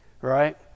Right